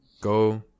Go